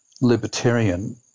libertarian